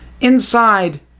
Inside